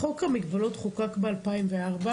החוק על מגבלות חוקק ב-2004,